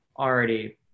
already